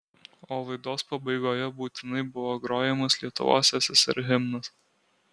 o laidos pabaigoje būtinai buvo grojamas lietuvos ssr himnas